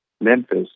Memphis